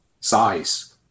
size